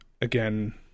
again